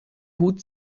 hut